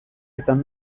izan